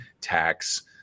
tax